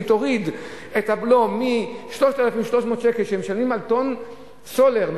אם תוריד את הבלו מ-3,300 שקל שמשלמים על טונה סולר,